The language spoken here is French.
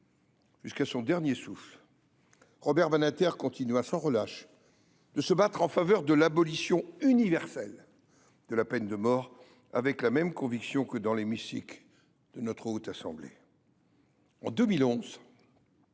Jusqu’à son dernier souffle, Robert Badinter continua sans relâche de se battre en faveur de l’abolition universelle de la peine de mort avec la même conviction que dans l’hémicycle de notre Haute Assemblée.